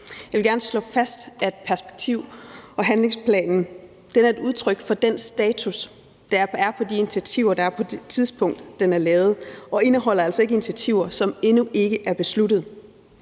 Jeg vil gerne slå fast, at perspektiv- og handlingsplanen er et udtryk for den status, der er på de initiativer, der er på det tidspunkt, den er lavet, og altså ikke indeholder initiativer, som endnu ikke er besluttet.